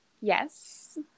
Yes